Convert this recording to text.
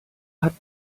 hat